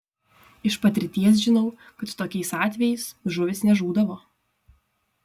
iš patirties žinau kad tokiais atvejais žuvys nežūdavo